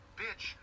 bitch